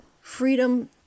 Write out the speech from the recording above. Freedom